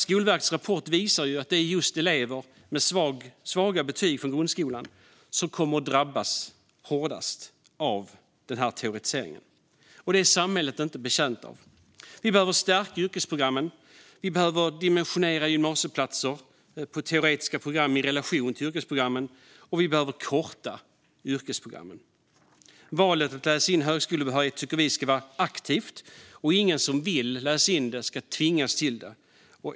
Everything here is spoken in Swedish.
Skolverkets rapport visar ju att det är just elever med svaga betyg från grundskolan som kommer att drabbas hårdast av den här teoretiseringen. Det är samhället inte betjänt av. Vi behöver stärka yrkesprogrammen. Vi behöver dimensionera gymnasieplatser på teoretiska program i relation till yrkesprogrammen. Vi behöver också korta yrkesprogrammen. Vi sverigedemokrater tycker att valet att läsa in högskolebehörighet ska vara aktivt; ingen som inte vill läsa in högskolebehörighet ska tvingas till det.